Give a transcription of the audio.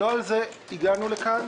לא על זה הגענו לכאן.